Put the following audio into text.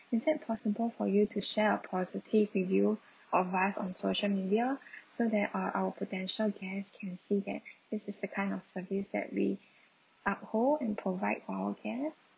is it possible for you to share a positive review of us on social media so that uh our potential guests can see that this is the kind of service that we uphold and provide for our guests